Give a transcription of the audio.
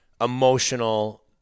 emotional